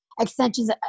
extensions